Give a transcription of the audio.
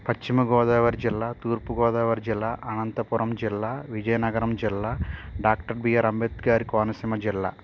పశ్చిమగోదావరి జిల్లా తూర్పుగోదావరి జిల్లా అనంతపురం జిల్లా విజయనగరం జిల్లా డాక్టర్ బిఆర్ అంబేద్కర్ కోనసీమ జిల్లా